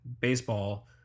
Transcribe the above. Baseball